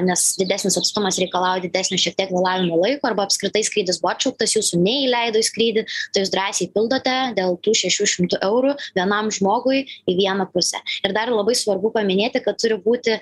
nes didesnis atstumas reikalauja didesnio šiek tiek vėlavimo laiko arba apskritai skrydis buvo atšauktas jūsų neįleido į skrydį tai jūs drąsiai pildote dėl tų šešių šimtų eurų vienam žmogui į vieną pusę ir dar labai svarbu paminėti kad turi būti